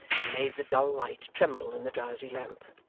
and made the dull light tremble in the drowsy lamp.